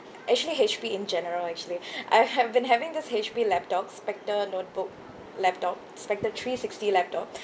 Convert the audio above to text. actually H_P in general actually I have been having this H_P laptop spectre notebook laptop spectre three sixty laptop